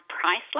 priceless